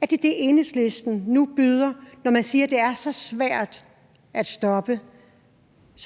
Er det det, Enhedslisten nu byder dem, når man siger, det er så svært at stoppe?